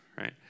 right